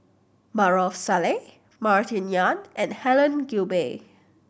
Maarof Salleh Martin Yan and Helen Gilbey